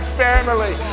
family